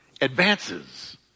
advances